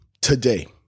today